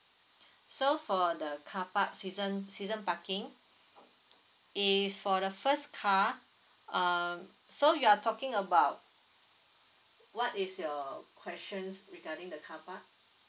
so for the carpark season season parking if for the first car um so you're talking about what is your questions regarding the carpark